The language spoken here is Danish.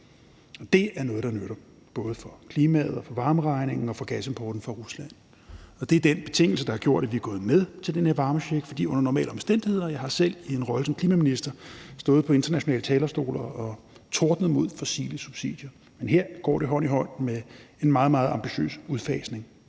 Det er noget, der nytter, både for klimaet og for varmeregningen og for gasimporten fra Rusland, og det er den betingelse, der har gjort, at vi er gået med til den her varmecheck. Jeg har selv i en rolle som klimaminister stået på internationale talerstole og tordnet mod fossile subsidier, men her går det hånd i hånd med en meget, meget ambitiøs udfasning